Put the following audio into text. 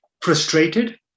frustrated